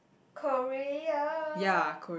Korea